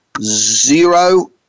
zero